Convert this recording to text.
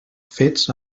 fets